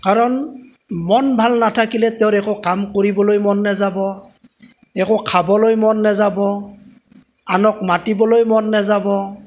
কাৰণ মন ভাল নাথাকিলে তেওঁৰ একো কাম কৰিব মন নাযাব একো খাবলৈ মন নেযাব আনক মাতিবলৈ মন নেযাব